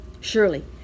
Surely